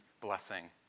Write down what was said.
blessing